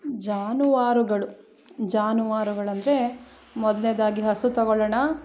ಜಾನುವಾರುಗಳು ಜಾನುವಾರುಗಳಂದರೆ ಮೊದಲ್ನೇದಾಗಿ ಹಸು ತಗೊಳೋಣ